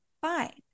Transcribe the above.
fine